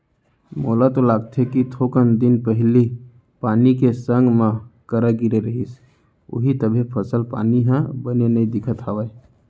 मोला तो लागथे कि थोकन दिन पहिली पानी के संग मा करा गिरे रहिस होही तभे फसल पानी ह बने नइ दिखत हवय